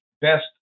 best